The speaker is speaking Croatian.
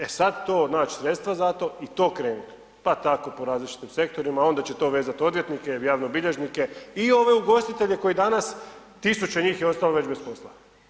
E sada to, naći sredstva za to i to krenuti, pa tako po različitim sektorima onda će to vezati odvjetnike, javne bilježnike i ove ugostitelje koji danas tisuće njih je ostalo već bez posla.